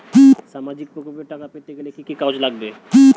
সামাজিক প্রকল্পর টাকা পেতে গেলে কি কি কাগজ লাগবে?